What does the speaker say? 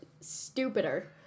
stupider